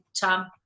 Tom